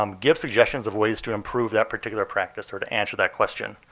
um give suggestions of ways to improve that particular practice or to answer that question.